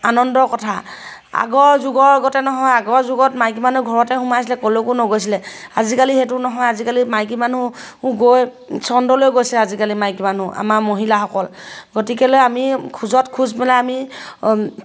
আনন্দৰ কথা আগৰ যুগৰ গতে নহয় আগৰ যুগত মাইকী মানুহ ঘৰতে সোমাইছিলে ক'লৈকো নগৈছিলে আজিকালি সেইটো নহয় আজিকালি মাইকী মানুহ গৈ চন্দ্ৰলৈ গৈছে আজিকালি মাইকী মানুহ আমাৰ মহিলাসকল গতিকেলৈ আমি খোজত খোজ পেলাই আমি